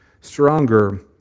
stronger